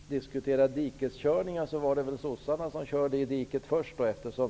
Herr talman! Om vi skall diskutera dikeskörning, så var det Socialdemokraterna som körde i diket först.